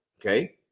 Okay